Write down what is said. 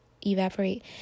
evaporate